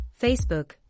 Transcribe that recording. Facebook